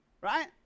Right